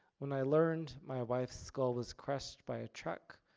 when i learned my wife's skull was crushed by a truck,